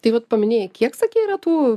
tai vat paminėjai kiek sakei yra tų